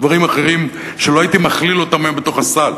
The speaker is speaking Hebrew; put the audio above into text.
דברים אחרים שלא הייתי מכליל אותם היום בתוך הסל.